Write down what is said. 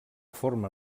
forma